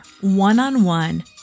one-on-one